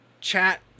chat